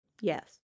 Yes